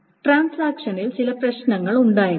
ട്രാൻസാക്ഷനിൽ ചില പ്രശ്നങ്ങൾ ഉണ്ടായേക്കാം